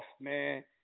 Man